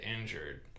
injured